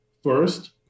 First